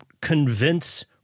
convince